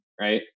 right